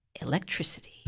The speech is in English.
electricity